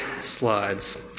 slides